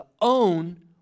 own